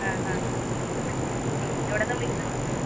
ആ ആ ആ ആ എവിടുന്നാ വിളിക്കുന്നത് ആ